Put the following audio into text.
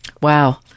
Wow